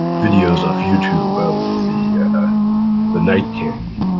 videos off youtube of the the knight king.